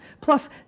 Plus